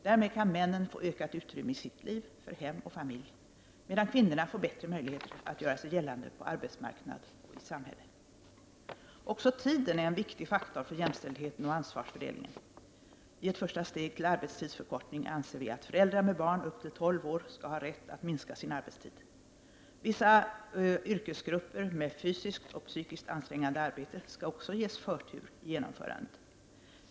Därmed kan männen få ökat utrymme för hem och familj i sitt liv, medan kvinnorna får bättre möjligheter att göra sig gällande på arbetsmarknad och i samhälle. Också tiden är en viktig faktor för jämställdheten och ansvarsfördelningen. I ett första steg till arbetstidsförkortning anser vi att föräldrar med barn upp till tolv år skall ha rätt att minska sin arbetstid. Vissa yrkesgrupper med fysiskt och psykikst ansträngande arbete skall också ges förtur i genomförandet.